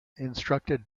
instructed